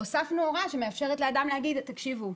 הוספנו הוראה שמאפשרת לאדם להגיד: תקשיבו,